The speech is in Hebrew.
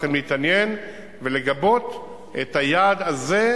צריכים להתעניין ולגבות את היעד הזה,